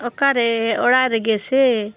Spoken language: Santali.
ᱚᱠᱟᱨᱮ ᱚᱲᱟᱜ ᱨᱮᱜᱮ ᱥᱮ